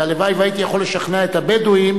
והלוואי שהייתי יכול לשכנע את הבדואים,